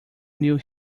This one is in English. new